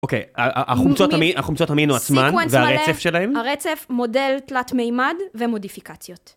אוקיי, החומצות המינו עצמן והרצף שלהם? הרצף, מודל, תלת מימד ומודיפיקציות.